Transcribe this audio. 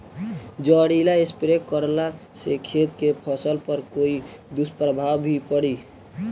जहरीला स्प्रे करला से खेत के फसल पर कोई दुष्प्रभाव भी पड़ी?